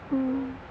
mmhmm